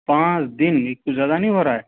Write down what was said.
پانچ دن کچھ زیادہ نہیں ہو رہا ہے